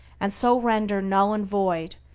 and so render null and void,